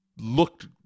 looked